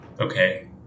Okay